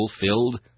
fulfilled